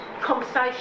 conversation